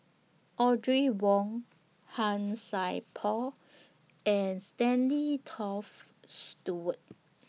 Audrey Wong Han Sai Por and Stanley Toft Stewart